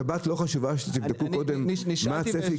השבת לא חשובה כדי שתבדקו קודם מה הצפי,